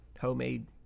homemade